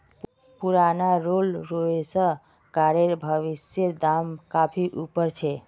पुराना Rolls Royce कारेर भविष्येर दाम काफी ऊपर छे